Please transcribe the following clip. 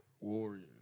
Warriors